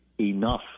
enough